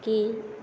की